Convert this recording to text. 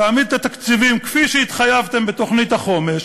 תעמיד את התקציבים כפי שהתחייבתם בתוכנית החומש,